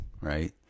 right